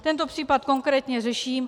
Tento případ konkrétně řeším.